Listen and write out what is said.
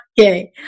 Okay